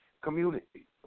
community